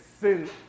sin